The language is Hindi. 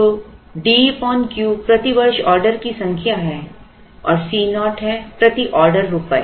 तो D Q प्रति वर्ष ऑर्डर की संख्या है और C naught है प्रति ऑर्डर रुपये